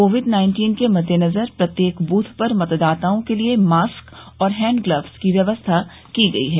Covid nineteen के मद्देनजर प्रत्येक बूथ पर मतदाताओं के लिए मास्क और हैंड ग्लव्स की व्यवस्था की गई है